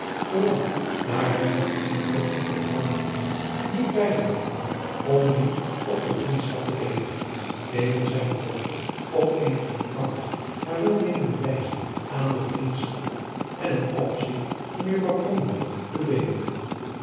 vooral daar hij nog eene boodschap te hoorn had te doen niet weigeren kon om die op de vriendschap te ledigen tevens zijne dochter op eene eenvoudige maar welmeenende wijze aan de vriendschap en het opzigt van juffr krombalg bevelende